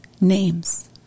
names